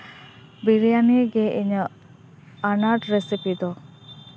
ᱵᱤᱨᱤᱭᱟᱱᱤ ᱜᱮ ᱤᱧᱟᱹᱜ ᱟᱱᱟᱴ ᱨᱮᱥᱤᱯᱤ ᱫᱚ